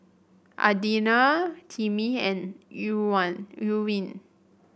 Adina Timmie and Irwin